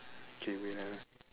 okay wait ah